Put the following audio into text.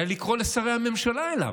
אלא לקרוא לשרי הממשלה אליו,